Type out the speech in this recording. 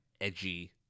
edgy